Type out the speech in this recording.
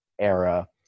era